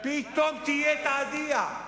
פתאום תהיה "תהדיה".